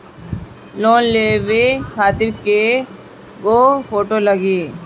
Loan लेवे खातिर कै गो फोटो लागी?